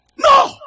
No